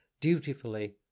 dutifully